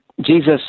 Jesus